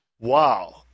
Wow